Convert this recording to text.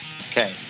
Okay